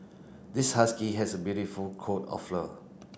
this husky has a beautiful coat of fur